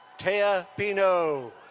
tea ah bino.